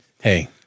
Hey